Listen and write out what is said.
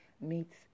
meets